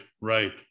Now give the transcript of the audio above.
right